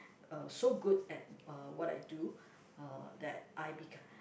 uh so good at uh what I do uh that I be